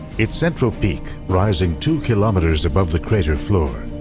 its central peak, rising two kilometers above the crater floor,